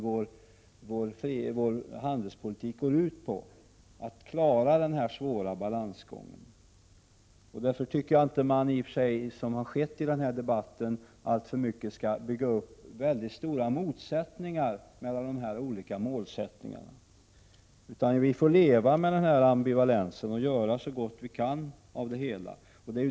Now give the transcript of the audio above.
Vår handelspolitik går ut på att klara denna svåra balansgång. Därför tycker jag inte att man, som det har gjorts i denna debatt, skall bygga upp väldigt stora motsättningar mellan dessa olika mål. Vi får leva med denna ambivalens och göra så gott vi kan av det hela.